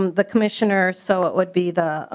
um the commissioner. so it would be the